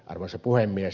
arvoisa puhemies